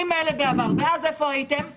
איפה הייתם אז?